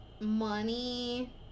Money